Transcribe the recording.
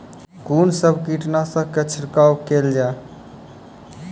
कून सब कीटनासक के छिड़काव केल जाय?